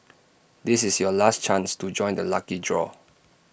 this is your last chance to join the lucky draw